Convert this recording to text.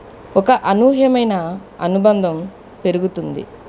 ఒక అనూహ్యమైన అనుబంధం పెరుగుతుంది